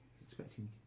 Expecting